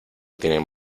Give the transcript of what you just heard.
tienen